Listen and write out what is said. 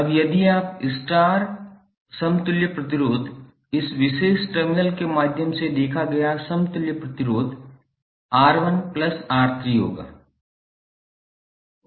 अब यदि आप स्टार समतुल्य प्रतिरोध इस विशेष टर्मिनल के माध्यम से देखा गया समतुल्य प्रतिरोध 𝑅1𝑅3 होगा